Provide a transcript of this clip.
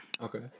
Okay